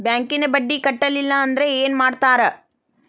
ಬ್ಯಾಂಕಿನ ಬಡ್ಡಿ ಕಟ್ಟಲಿಲ್ಲ ಅಂದ್ರೆ ಏನ್ ಮಾಡ್ತಾರ?